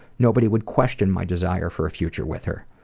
nobody would question my desire for a future with her.